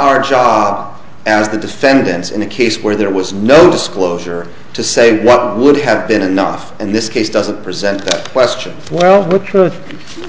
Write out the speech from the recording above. our job as the defendants in a case where there was no disclosure to say what would have been enough in this case doesn't present a question well the truth